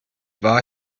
war